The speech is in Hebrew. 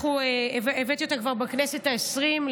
הבאתי אותה כבר בכנסת העשרים,